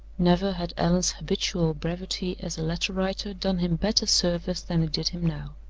never had allan's habitual brevity as a letter-writer done him better service than it did him now.